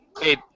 Hey